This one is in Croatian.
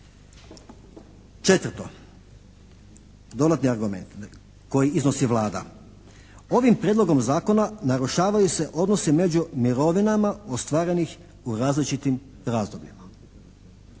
Četvrto, dodatni argument koji iznosi Vlada. Ovim prijedlogom zakona narušavaju se odnosi među mirovinama ostvarenih u različitim razdobljima.